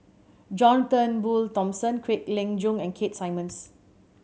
John Turnbull Thomson Kwek Leng Joo and Keith Simmons